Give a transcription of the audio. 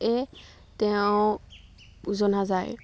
তেওঁ ওজনা যায়